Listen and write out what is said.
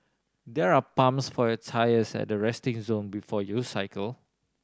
there are pumps for your tyres at the resting zone before you cycle